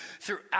throughout